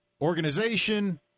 organization